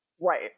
Right